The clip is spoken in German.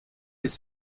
ist